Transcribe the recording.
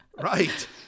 right